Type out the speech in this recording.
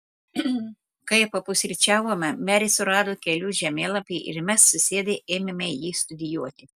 kai papusryčiavome merė surado kelių žemėlapį ir mes susėdę ėmėme jį studijuoti